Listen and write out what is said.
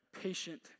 patient